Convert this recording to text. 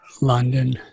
London